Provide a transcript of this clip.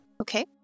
Okay